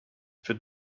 could